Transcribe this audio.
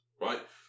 Right